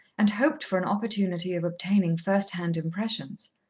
and hoped for an opportunity of obtaining first-hand impressions.